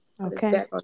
Okay